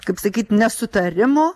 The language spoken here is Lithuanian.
kaip sakyt nesutarimo